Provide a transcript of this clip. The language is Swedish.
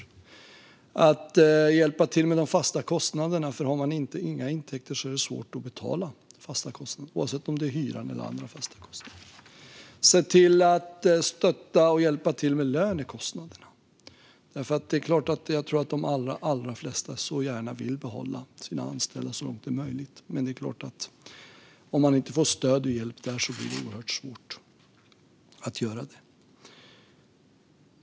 Det har också varit viktigt för de företagen med en regering som hjälper till med de fasta kostnaderna, för har man inga intäkter är det svårt att betala fasta kostnader oavsett om det är hyran eller andra fasta kostnader, och en regering som ser till att stötta och hjälpa till med lönekostnaderna. Jag tror att de allra flesta gärna vill behålla sina anställda så långt det är möjligt, men om man inte får stöd och hjälp blir det oerhört svårt att göra det.